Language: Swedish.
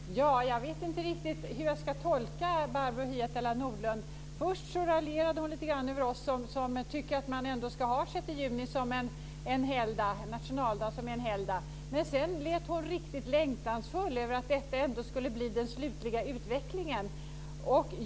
Fru talman! Jag vet inte riktigt hur jag ska tolka Barbro Hietala Nordlund. Först raljerade hon lite grann över oss som tycker att man ändå ska ha den 6 juni som en nationaldag och en helgdag. Men sedan lät hon riktig längtansfull vid tanken på att detta ändå skulle bli den slutliga utvecklingen.